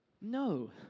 No